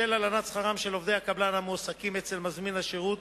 בשל הלנת שכרם של עובדי הקבלן המועסקים אצל מזמין השירות.